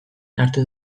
hartu